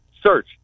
search